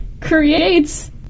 creates